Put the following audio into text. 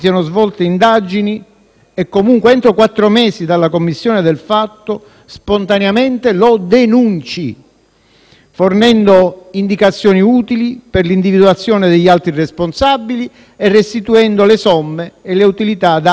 e comunque entro quattro mesi dalla commissione del fatto, spontaneamente lo denunci, fornendo indicazioni utili per l'individuazione degli altri responsabili e restituendo le somme e le utilità date o ricevute.